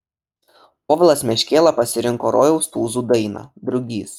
povilas meškėla pasirinko rojaus tūzų dainą drugys